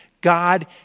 God